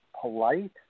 polite